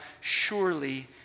surely